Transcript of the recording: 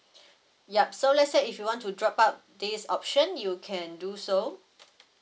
yup so let's say if you want to drop out this option you can do so